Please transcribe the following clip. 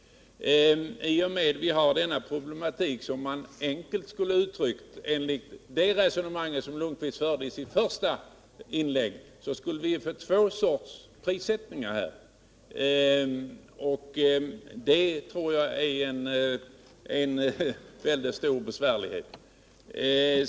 I och med att vi har denna problematik att 40 6 är arrendatorer skulle vi, enligt det resonemang Svante Lundkvist förde i sitt första inlägg, enkelt uttryckt få två sorters prissättningar, en för arrendatorer och en för egenbrukare. Det tror jag vore väldigt besvärligt.